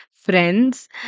Friends